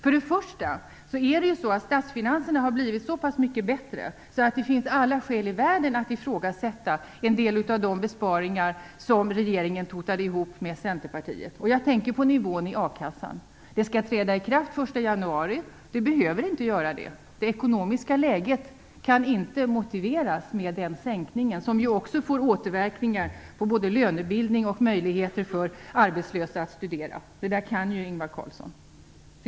För det första har statsfinanserna blivit så pass mycket bättre att det finns alla skäl i världen att ifrågasätta en del av de besparingar som regeringen totade ihop med Centerpartiet. Jag tänker på nivån i akassan. Detta skall träda i kraft den 1 januari, men det behöver inte göra det. Det ekonomiska läget kan inte motivera denna sänkning som ju också får återverkningar på både lönebildningen och möjligheterna för de arbetslösa att studera. Det där kan ju Ingvar Carlsson.